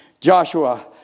Joshua